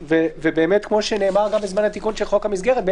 כמו שנאמר בזמן התיקון של חוק המסגרת,